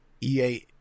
EA